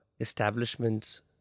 establishments